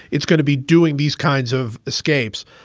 it's gonna be doing these kinds of escapes.